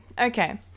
Okay